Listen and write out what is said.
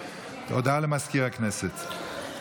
הודעה למזכיר הכנסת.